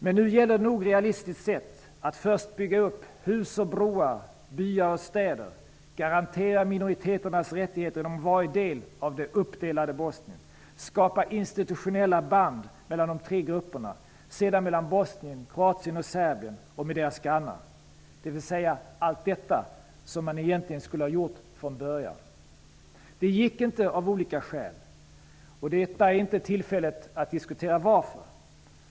Men nu gäller det nog realistiskt sett att först bygga upp hus och broar samt byar och städer, att garantera minoriteternas rättigheter inom varje del av det uppdelade Bosnien, att skapa institutionella band mellan de tre grupperna, sedan mellan Bosnien, Kroatien och Serbien och med deras grannar, dvs. att göra allt det som man egentligen skulle ha gjort från början. Det gick ju inte av olika skäl. Detta tillfälle är inte det rätta att diskutera varför det inte gick.